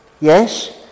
yes